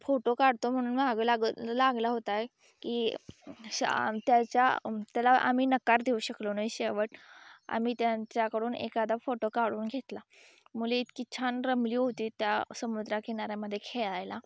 photo काढतो म्हणून मागं लाग लागला होताय की शा त्याच्या त्याला आम्ही नकार देऊ शकलो नाही शेवट आम्ही त्यांच्याकडून एखादा फोटो काढून घेतला मुली इतकी छान रमली होती त्या समुद्रा किनाऱ्यामध्ये खेळायला